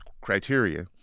criteria